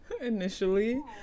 initially